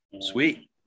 Sweet